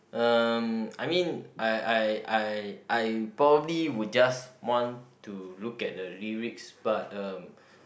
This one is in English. uh I mean I I I I probably would just want to look at the lyrics but uh